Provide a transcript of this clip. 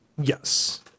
Yes